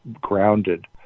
grounded